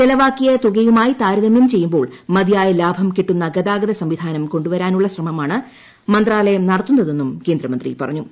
ചെലവാക്കിയ തുകയുമായി താരതമ്യം ൂചെയ്യുമ്പോൾ മതിയായ ലാഭം കിട്ടുന്ന ഗതാഗത സംവിധാനം ക്ട്കാണ്ടുവരാനുള്ള ശ്രമമാണ് മന്ത്രാലയം നടത്തുന്നതെന്നും ക്ലോന്ദ്മന്ത്രി പറഞ്ഞു